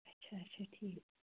اَچھا اَچھا ٹھیٖک